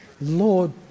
Lord